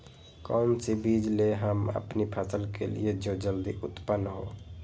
कौन सी बीज ले हम अपनी फसल के लिए जो जल्दी उत्पन हो?